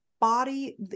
body